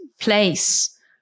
place